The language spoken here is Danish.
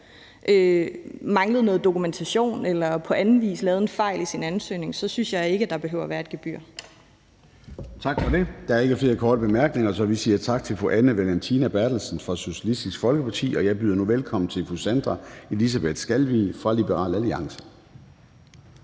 manglet noget dokumentation eller på anden vis lavet en fejl i sin ansøgning, synes jeg ikke, der behøver være et gebyr. Kl. 16:22 Formanden (Søren Gade): Tak for det. Der er ikke flere korte bemærkninger, så vi siger tak til fru Anne Valentina Berthelsen fra Socialistisk Folkeparti. Jeg byder nu velkommen til fru Sandra Eliasabeth Skalvig fra Liberal Alliance.